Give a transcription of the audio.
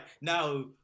now